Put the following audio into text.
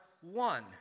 one